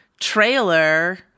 trailer